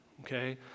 okay